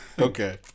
Okay